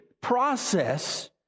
process